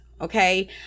okay